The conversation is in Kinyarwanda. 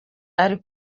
ari